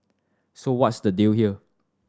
so what's the deal here